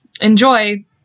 Enjoy